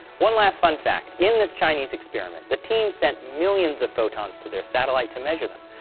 one last fun fact in this chinese experiment, the team sent millions of photons to their satellite to measure them,